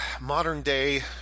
modern-day